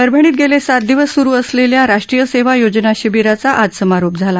परभणीत गेले सात दिवस सुरु असलेल्या राष्ट्रीय सेवा योजना शिबीराचा आज समारोप झाला